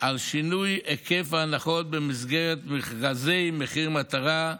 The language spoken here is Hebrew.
על שינוי היקף ההנחות במסגרת מכרזי מחיר מטרה,